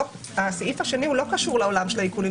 הסעיף השני לא קשור לעולם של העיקולים.